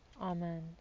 Amen